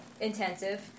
Intensive